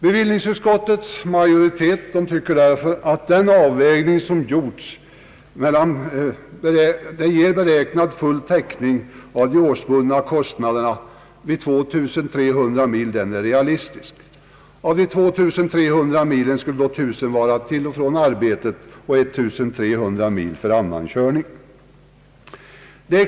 Bevillningsutskottets majoritet anser därför att den avvägning som gjorts bör ge full täckning för de årsbundna kostnaderna vid 2300 mil. Den beräkningen anser utskottsmajoriteten vara realistisk. Av dessa 2 300 mil skulle då 1 000 mil avse körning till och från arbetet och 1 300 mil avse annan körning.